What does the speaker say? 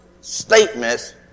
statements